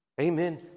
Amen